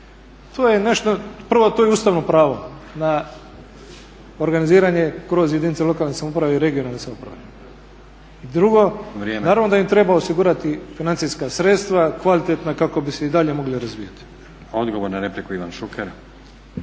To je nešto, prvo to je ustavno pravo na organiziranje kroz jedinica lokalne samouprave i regionalne samouprave. I drugo, naravno da im treba osigurati financijska sredstva kvalitetna kako bi se i dalje mogli razvijati. **Stazić, Nenad (SDP)** Odgovor na repliku Ivan Šuker.